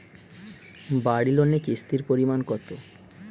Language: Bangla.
বাড়ি লোনে কিস্তির পরিমাণ কত?